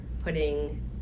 putting